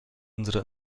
unsere